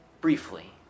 briefly